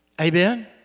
Amen